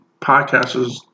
podcasters